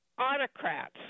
autocrats